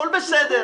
הכול בסדר.